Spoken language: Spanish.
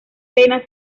venas